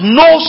no